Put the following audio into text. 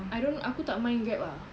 I don't aku tak main Grab ah